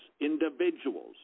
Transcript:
individuals